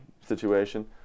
situation